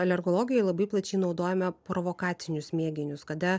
alergologai labai plačiai naudojame provokacinius mėginius kada